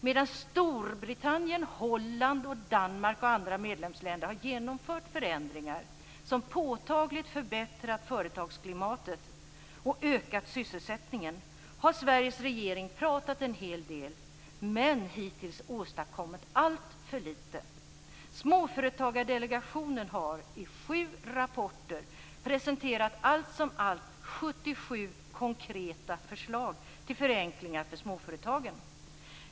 Medan Storbritannien, Holland, Danmark och andra medlemsländer har genomfört förändringar som påtagligt förbättrat företagsklimatet och ökat sysselsättningen har Sveriges regering pratat en hel del men hittills åstadkommit alltför lite. Småföretagsdelegationen har i sju rapporter presenterat allt som allt 77 konkreta förslag till förenklingar för småföretagen.